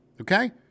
okay